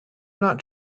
not